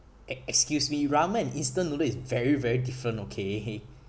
ex~ excuse me ramen and instant noodle is very very different okay hey